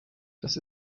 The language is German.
das